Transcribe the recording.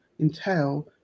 entail